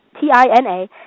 T-I-N-A